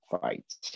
fights